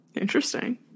interesting